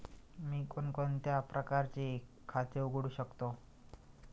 मी कोणकोणत्या प्रकारचे खाते उघडू शकतो?